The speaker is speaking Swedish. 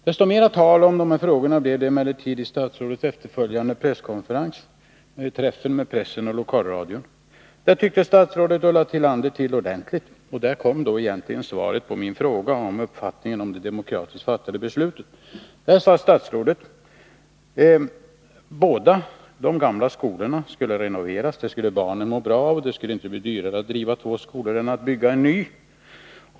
Desto mer tal om dessa skolor blev det under den efterföljande presskonferensen — med pressen och lokalradion. Där tyckte statsrådet Ulla Tillander till ordentligt, och där kom egentligen svaret på min fråga beträffande uppfattningen om det demokratiskt fattade beslutet. Där sade statsrådet att båda de gamla skolorna skulle renoveras. Det skulle barnen må bra av, och det skulle inte bli dyrare att driva två skolor än att bygga en ny.